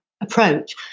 approach